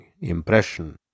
impression